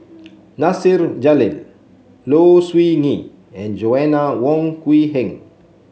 Nasir Jalil Low Siew Nghee and Joanna Wong Quee Heng